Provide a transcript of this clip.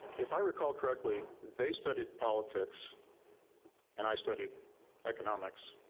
if i recall correctly, they studied politics and i studied economics.